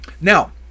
Now